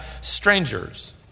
strangers